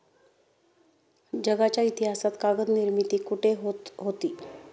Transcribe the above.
जगाच्या इतिहासात कागद निर्मिती कुठे होत होती?